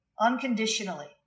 unconditionally